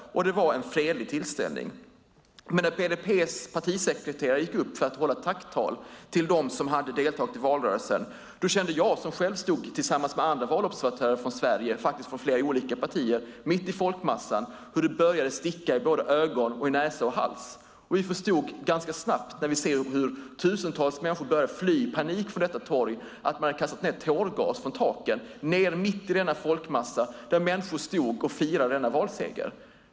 Det var en fredlig tillställning. Men när BDP:s partisekreterare gick upp för att hålla ett tacktal till dem som hade deltagit i valrörelsen kände jag, som själv stod mitt i folkmassan tillsammans med andra valobservatörer från Sverige, faktiskt från flera olika partier, hur det började sticka i ögon, näsa och hals. Vi förstod ganska snabbt när vi såg hur tusentals människor började fly i panik från detta torg att man hade kastat ned tårgas från taken mitt i den folkmassa som firade denna valseger.